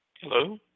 Hello